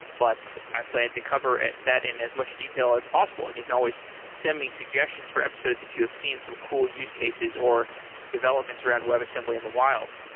but i plan to cover that in as much detail as possible, and you can always send me suggestions for episodes if you've seen some cool use cases or developments around webassembly in the wild.